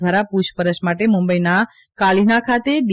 દ્વારા પૂછપરછ માટે મુંબઈના કાલીના ખાતે ડી